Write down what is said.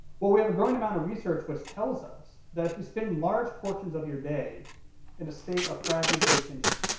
but we have a growing amount of research which tells us that if you spend large portions of your day in a state of fragmented attention